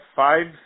five